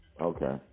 okay